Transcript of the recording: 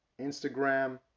Instagram